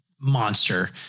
monster